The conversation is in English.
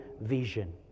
vision